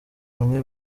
bamwe